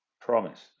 promise